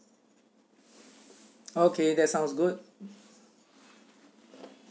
okay that sounds good